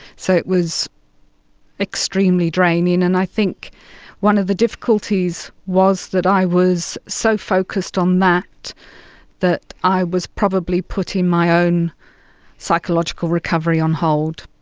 so it was extremely draining. and i think one of the difficulties was that i was so focused on that that i was probably putting my own psychological recovery on hold.